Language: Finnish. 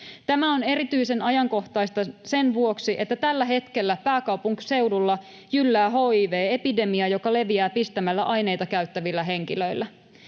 Tämä on erityisen ajankohtaista sen vuoksi, että tällä hetkellä pääkaupunkiseudulla jyllää hiv-epidemia, joka leviää pistämällä aineita käyttävillä henkilöillä.